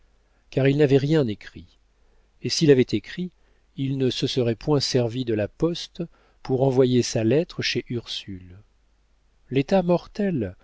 car il n'avait rien écrit et s'il avait écrit il ne se serait point servi de la poste pour envoyer sa lettre chez ursule l'état mortel